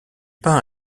peint